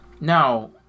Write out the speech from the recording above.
Now